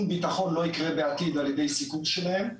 ביטחון לא יקרה בעתיד על ידי סיקור שלהם.